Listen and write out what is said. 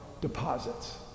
deposits